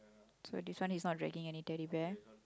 so this one is not dragging any Teddy Bear